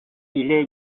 est